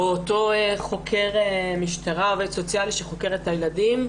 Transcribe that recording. אותו חוקר משטרה, עובד סוציאלי שחוקר את הילדים.